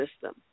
system